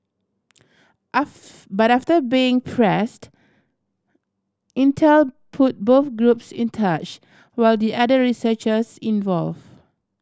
but after being pressed Intel put both groups in touch will the other researchers involve